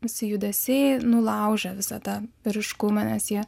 visi judesiai nulaužia visą tą vyriškumą nes jie